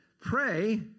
Pray